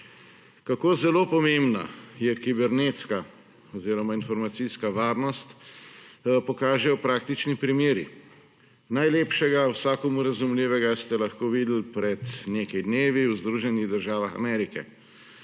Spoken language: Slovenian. Kako zelo pomembna je kibernetska oziroma informacijska varnost pokažejo praktični primeri. Najlepšega vsakomur razumljivega ste lahko videli pred nekaj dnevi v Združenih državah Amerike.